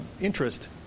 interest